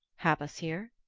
have us here?